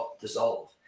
dissolve